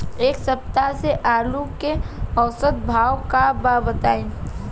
एक सप्ताह से आलू के औसत भाव का बा बताई?